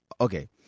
okay